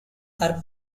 are